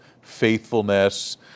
faithfulness